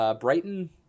Brighton